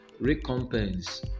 recompense